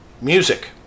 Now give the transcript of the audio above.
music